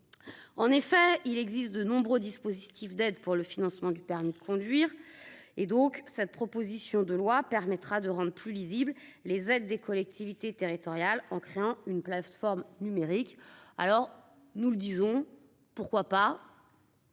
En effet, il existe de nombreux dispositifs d'aide pour le financement du permis de conduire. Ce texte permettra de rendre plus lisibles les aides des collectivités territoriales en créant une plateforme numérique. Pourquoi pas ?